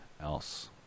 else